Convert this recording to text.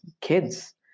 kids